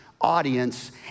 audience